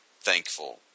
thankful